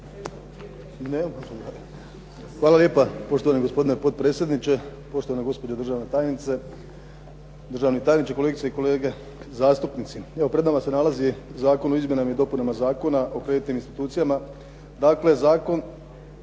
Hvala lijepa poštovani gospodine potpredsjedniče, poštovana gospođo državna tajnice, državni tajniče, kolegice i kolege zastupnici. Evo pred nama se nalazi Zakon o izmjenama i dopunama Zakona o kreditnim institucijama, dakle Zakon